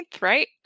right